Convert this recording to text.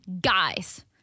Guys